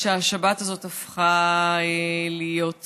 שהשבת הזאת הפכה להיות.